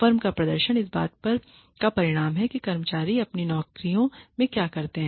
firm का प्रदर्शन इस बात का परिणाम है कि कर्मचारी अपनी नौकरियों में क्या करते हैं